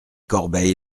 corbeil